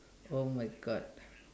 oh my God